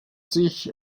sich